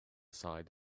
side